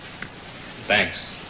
thanks